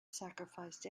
sacrificed